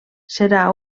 serà